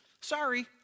Sorry